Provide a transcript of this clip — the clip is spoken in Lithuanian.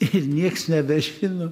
ir nieks nebežino